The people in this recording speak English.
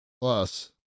Plus